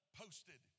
posted